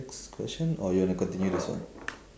next question or you want to continue this one